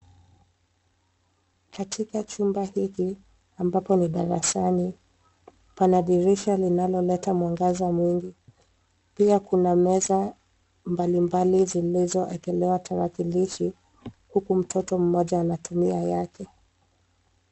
Katika chumba hiki ambapo ni darasani pana dirisha linalo leta mwangaza mwingi. Pia kuna meza mbali mbali zilizo wekelewa tarakilishi huku mtoto mmoja anatumia yake.